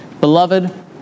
Beloved